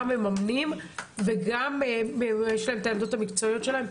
מממנים וגם יש להם את הידע המקצועי שלהם,